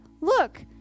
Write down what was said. look